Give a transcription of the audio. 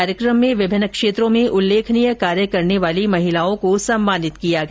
कार्यक्रम में विभिन्न क्षेत्रों में उल्लेखनीय कार्य करने वाली महिलाओं को सम्मानित किया गया